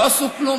לא עשו כלום?